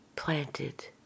Planted